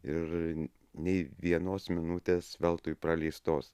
ir nei vienos minutės veltui praleistos